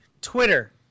Twitter